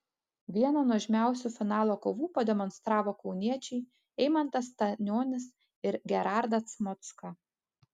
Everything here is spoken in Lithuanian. vieną nuožmiausių finalo kovų pademonstravo kauniečiai eimantas stanionis ir gerardas mocka